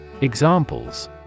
Examples